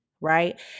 right